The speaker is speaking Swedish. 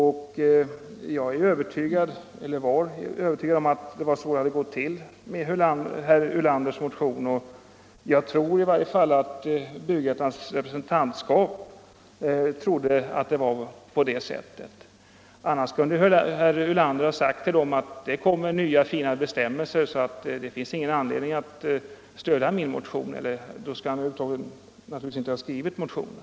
Jag var övertygad om att det var så det hade gått till med herr Ulanders motion. Jag tror i varje fall att Byggettans representantskap trodde att det förhöll sig så. Annars kunde herr Ulander ha sagt till dem: ”Det kommer nya fina bestämmelser, så det finns ingen anledning att stödja min motion.” I så fall skulle han naturligtvis över huvud taget inte ha skrivit motionen.